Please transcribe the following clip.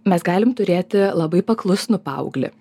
mes galim turėti labai paklusnus paauglį